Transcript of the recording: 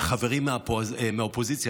חברי מהאופוזיציה,